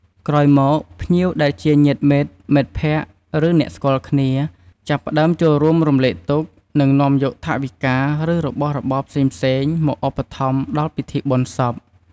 ក្រោយមក ភ្ញៀវដែលជាញាតិមិត្ត មិត្តភក្តិ ឬអ្នកស្គាល់គ្នា ចាប់ផ្តើមចូលរួមរំលែកទុក្ខ និងនាំយកថវិកា ឬរបស់របរផ្សេងៗមកឧបត្ថម្ភដល់ពិធីបុណ្យសព។